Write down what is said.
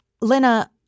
Lena